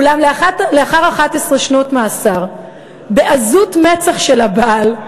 אולם לאחר 11 שנות מאסר, בעזות מצח של הבעל,